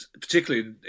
particularly